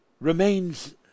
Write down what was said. remains